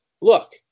look